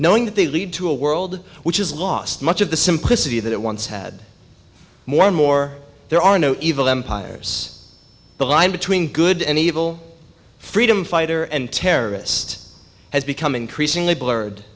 knowing that they lead to a world which is lost much of the simplicity that it once had more and more there are no evil empires the line between good and evil freedom fighter and terrorist has become increasingly blurred